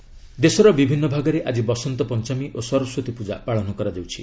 ବସନ୍ତ ପଞ୍ଚମୀ ଦେଶର ବିଭିନ୍ନ ଭାଗରେ ଆଜି ବସନ୍ତ ପଞ୍ଚମୀ ଓ ସରସ୍ୱତୀ ପ୍ରଜା ପାଳନ କରାଯାଉଛି